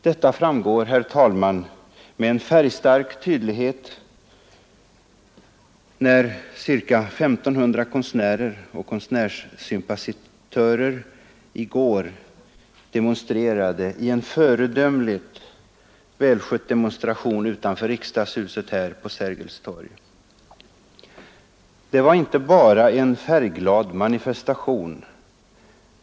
Detta framgick med färgstark tydlighet, när ca I 500 konstnärer och konstnärssympatisörer i går mötte upp till en föredömligt skött demonstration utanför riksdagshuset. Det var inte bara en färgglad manifestation.